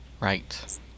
Right